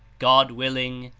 god willing,